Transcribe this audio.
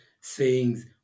sayings